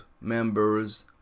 members